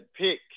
pick